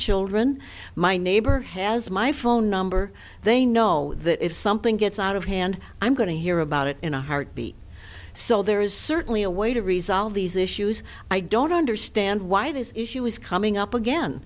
children my neighbor has my phone number they know that if something gets out of hand i'm going to hear about it in a heartbeat so there is certainly a way to resolve these issues i don't understand why this issue is coming up again